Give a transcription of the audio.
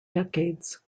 decades